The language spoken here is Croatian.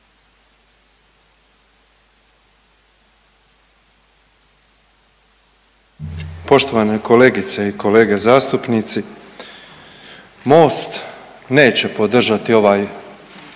Poštovane kolegice i kolege zastupnici, MOST neće podržati ovaj